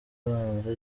abanza